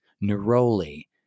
neroli